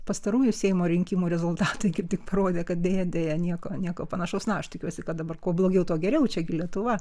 pastarųjų seimo rinkimų rezultatai kaip tik parodė kad deja deja nieko nieko panašaus na aš tikiuosi kad dabar kuo blogiau tuo geriau čia gi lietuva